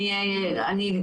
אני,